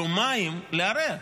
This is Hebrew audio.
יומיים לערער.